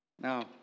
Now